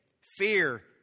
Fear